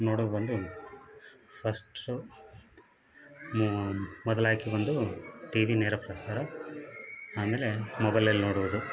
ನೋಡೋಕ್ ಬಂದೇನು first show ಮೊದ್ಲಾಗಿ ಬಂದು ಟಿವಿ ನೇರ ಪ್ರಸಾರ ಆಮೇಲೆ ಮೊಬೈಲಲ್ಲಿ ನೋಡುವುದು